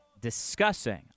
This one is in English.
discussing